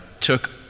took